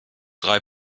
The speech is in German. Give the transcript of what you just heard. drei